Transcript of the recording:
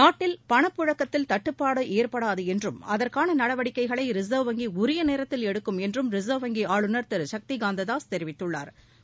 நாட்டில் பணப்புழக்கத்தில் தட்டுப்பாடு ஏற்படாது என்றும் அதற்கான நடவடிக்கைகளை ரிசர்வ் வங்கி உரிய நேரத்தில் எடுக்கும் என்றும் ரிசா்வ் வங்கி ஆளுநர் திரு சக்திகாந்த தாஸ் தெரிவித்துள்ளாா்